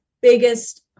biggest